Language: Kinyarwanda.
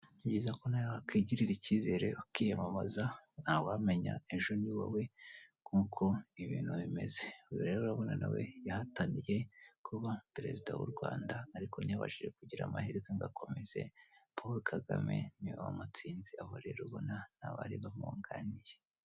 Ni byiza ko nawe wakwigirira icyizere ukiyamamaza ntawamenya ejo ni wowe nk'uko ibintu bimeze, uyu rero urabona nawe yahataniye kuba perezida w' Rwanda ariko ntiyabashije kugira amahirwe ngo akomeze Paul Kagame niwe wamutsinze aba rero ubona ni abari bamwunganiye.